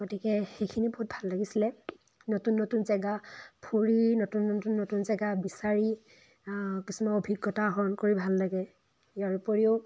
গতিকে সেইখিনি বহুত ভাল লাগিছিলে নতুন নতুন জেগা ফুৰি নতুন নতুন নতুন জেগা বিচাৰি কিছুমান অভিজ্ঞতা হ'ল্ড কৰি ভাল লাগে ইয়াৰোপৰিও